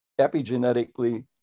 epigenetically